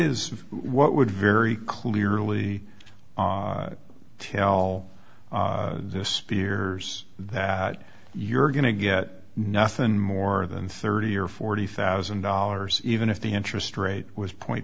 is what would very clearly tell this spears that you're going to get nothing more than thirty or forty thousand dollars even if the interest rate was point